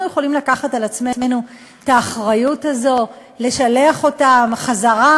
אנחנו יכולים לקחת על עצמנו את האחריות הזו לשלח אותם חזרה?